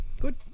Good